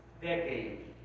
decade